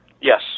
Yes